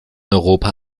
europa